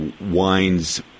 wines